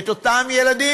את אותם ילדים,